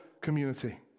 community